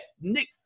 Nick